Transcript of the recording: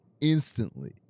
instantly